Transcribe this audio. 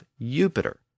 Jupiter